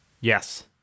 Yes